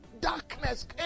darkness